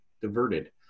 diverted